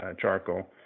charcoal